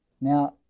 now